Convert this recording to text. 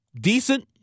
decent